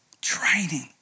Training